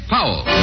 Powell